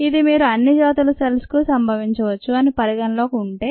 ఇది మీరు అన్ని జాతుల సెల్స్ కు సంభవించవచ్చు అన్ని పరిగణనలోకి ఉంటే